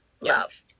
Love